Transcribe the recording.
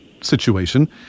situation